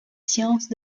sciences